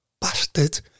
bastard